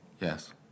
Yes